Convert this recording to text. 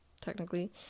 technically